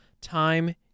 time